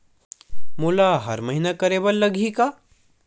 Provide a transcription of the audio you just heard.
मोला हर महीना करे बर लगही का?